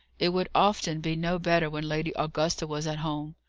it would often be no better when lady augusta was at home.